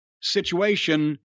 situation